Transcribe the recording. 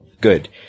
good